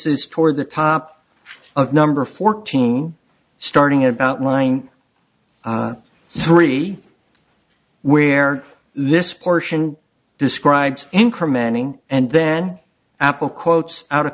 is toward the top of number fourteen starting about line three where this portion describes incrementing and then apple quotes out of